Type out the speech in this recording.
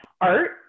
Art